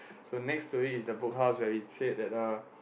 so next to it is the Book House where we say that uh